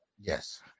Yes